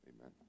Amen